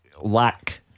lack